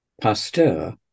Pasteur